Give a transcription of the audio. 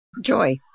joy